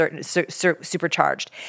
supercharged